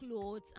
clothes